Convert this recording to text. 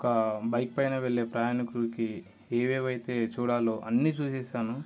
ఒక బైక్ పైన వెళ్ళే ప్రయాణికులకి ఏవేవి అయితే చూడాలో అన్నీ చూసేసాను